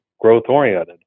growth-oriented